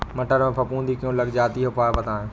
मटर में फफूंदी क्यो लग जाती है उपाय बताएं?